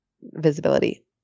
visibility